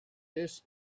this